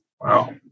Wow